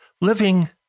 living